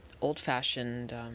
old-fashioned